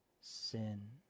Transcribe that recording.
sin